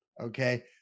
Okay